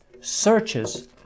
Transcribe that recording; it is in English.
searches